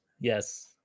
yes